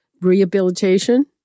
rehabilitation